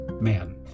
man